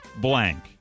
blank